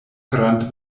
grand